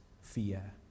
fear